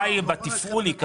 הבחירה בתפעול היא קשה.